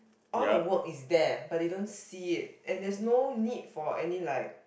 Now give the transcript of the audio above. all the work is there but they don't see it and there's no need for any like